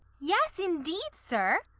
yes, indeed, sir.